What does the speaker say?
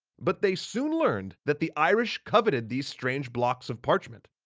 but they soon learned that the irish coveted these strange blocks of parchment.